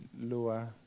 lower